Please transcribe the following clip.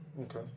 Okay